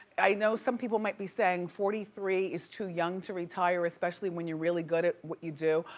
i know some people might be saying forty three is too young to retire, especially when you're really good at what you do,